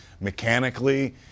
mechanically